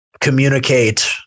communicate